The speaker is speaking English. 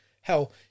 Hell